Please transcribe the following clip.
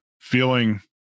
feeling